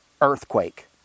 earthquake